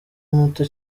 muto